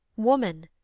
woman,